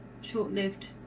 short-lived